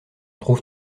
trouve